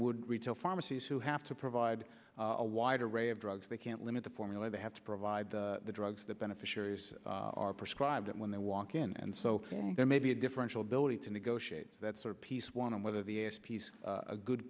would retail pharmacies who have to provide a wide array of drugs they can't limit the formula they have to provide the drugs the beneficiaries are prescribed when they walk in and so there may be a differential billing to negotiate that sort of piece one of whether the s p's a good